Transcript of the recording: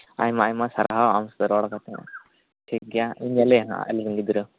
ᱟᱭᱢᱟ ᱟᱭᱢᱟ ᱥᱟᱨᱦᱟᱣ ᱟᱢ ᱥᱟᱶᱛᱮ ᱨᱚᱲ ᱠᱟᱛᱮ ᱴᱷᱤᱠ ᱜᱮᱭᱟ ᱤᱧ ᱧᱮᱞᱮᱭᱟ ᱦᱟᱸᱜ ᱟᱞᱤᱝ ᱨᱮᱱ ᱜᱤᱫᱽᱨᱟᱹ